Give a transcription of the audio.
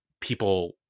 people